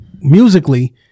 musically